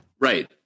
Right